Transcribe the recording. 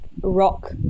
rock